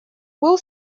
был